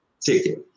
ticket